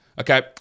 Okay